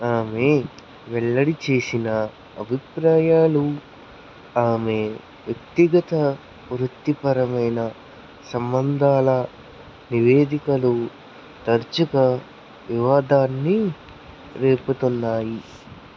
ఆమె వెల్లడి చేసిన అభిప్రాయాలు ఆమె వ్యక్తిగత వృత్తిపరమైన సంబంధాల నివేదికలు తరచుగా వివాదాన్ని రేపుతున్నాయి